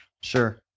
Sure